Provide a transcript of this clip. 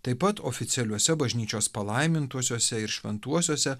taip pat oficialiuose bažnyčios palaimintuosiuose ir šventuosiuose